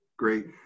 Great